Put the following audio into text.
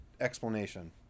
explanation